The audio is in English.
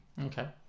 Okay